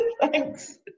Thanks